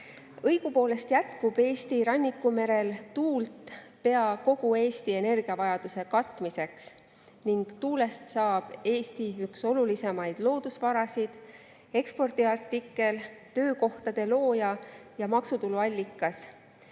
Õigupoolest jätkub Eesti rannikumerel tuult pea kogu Eesti energiavajaduse katmiseks ning tuulest saab Eesti üks olulisemaid loodusvarasid, ekspordiartikkel, töökohtade looja ja maksutulu allikas.